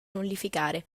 nullificare